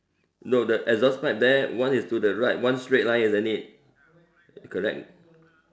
no the exhaust pipe there one is to the right one straight line isn't it correct